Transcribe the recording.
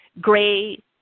gray